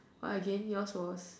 what again yours was